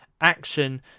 action